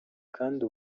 kandi